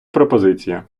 пропозиція